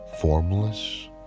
formless